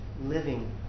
living